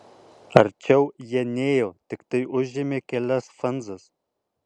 arčiau jie nėjo tiktai užėmė kelias fanzas